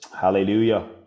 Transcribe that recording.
hallelujah